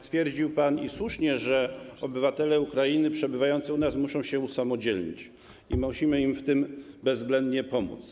Stwierdził pan, i słusznie, że obywatele Ukrainy przebywający u nas muszą się usamodzielnić i musimy im w tym bezwzględnie pomóc.